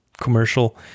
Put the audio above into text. commercial